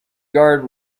guard